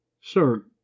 Sir